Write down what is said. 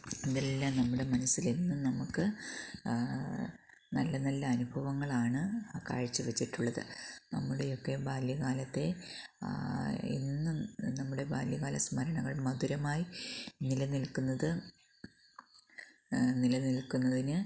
ഇതെല്ലാം നമ്മുടെ മനസ്സിലെന്നും നമുക്ക് നല്ല നല്ല അനുഭവങ്ങളാണ് കാഴ്ചവെച്ചിട്ടുള്ളത് നമ്മുടെയൊക്കെ ബാല്യകാലത്തെ എന്നും നമ്മുടെ ബാല്യകാലസ്മരണകള് മധുരമായി നിലനില്ക്കുന്നത് നിലനില്ക്കുന്നതിന്